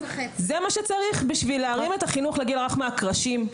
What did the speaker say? זה מה שצריך בשביל להרים את החינוך לגיל הרך מהקרשים.